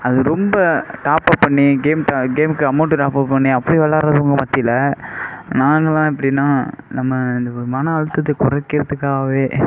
அது ரொம்ப டாப்அப் பண்ணி கேம் கேமுக்கு அமௌண்ட்டு டாப்அப் பண்ணி அப்படி விளாட்றவங்க மத்தில நாங்களாம் எப்படின்னா நம்ம இந்த மன அழுத்தத்தை குறைக்கிறதுக்காகவே